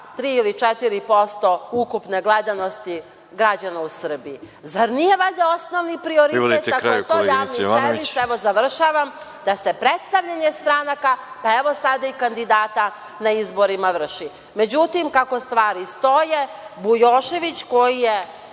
3% il 4% ukupne gledanosti građana u Srbiji? Zar nije valjda osnovni prioritet da ako je to javnih servis, da se predstavljanje stranaka, sada i kandidata na izborima vrši? Međutim kako stvari stoje, Bujošević koji je